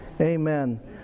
Amen